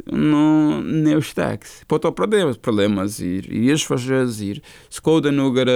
nu neužteks po to pradėjus problemas ir išvaržas ir skauda nugarą